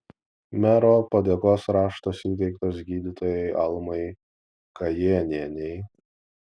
mero padėkos raštas įteiktas gydytojai almai kajėnienei